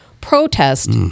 protest